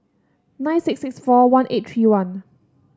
nine six six four one eight three one